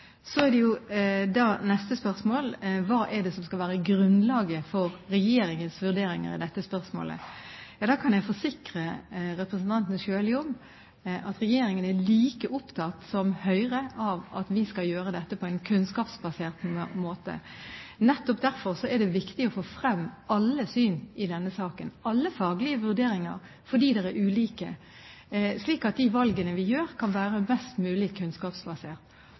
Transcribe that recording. Så er det jo da det neste spørsmålet: Hva er det som skal være grunnlaget for regjeringens vurderinger i dette spørsmålet? Da kan jeg forsikre representanten Sjøli om at regjeringen er like opptatt som Høyre av at vi skal gjøre dette på en kunnskapsbasert måte. Nettopp derfor er det viktig å få frem alle syn i denne saken, alle faglige vurderinger, fordi de er ulike, slik at de valgene vi gjør, kan være mest mulig kunnskapsbasert.